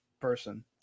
person